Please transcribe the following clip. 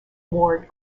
ward